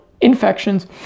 infections